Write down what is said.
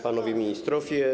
Panowie Ministrowie!